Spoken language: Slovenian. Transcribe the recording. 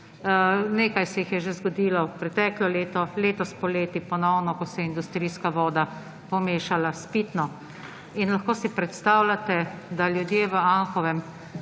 Nekaj se jih je že zgodilo preteklo leto, letos poleti ponovno, ko se je industrijska voda pomešala s pitno. In lahko si predstavljate, da ljudje v Anhovem,